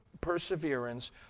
perseverance